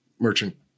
merchant